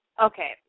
okay